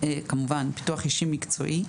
כמובן פיתוח אישי מקצועי.